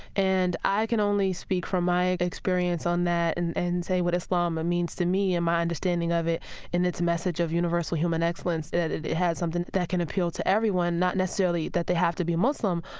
and i can only speak from my experience on that and and say what islam means to me and my understanding of it and its message of universal human excellence, that it it has something that can appeal to everyone, not necessarily that they have to be muslim,